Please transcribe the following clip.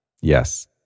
Yes